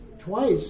twice